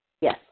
Yes